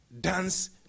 dance